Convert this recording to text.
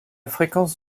fréquence